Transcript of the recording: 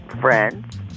friends